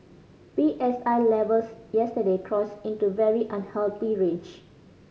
P S I levels yesterday crossed into very unhealthy range